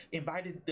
invited